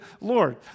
Lord